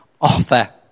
offer